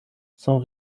son